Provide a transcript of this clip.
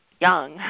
young